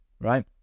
right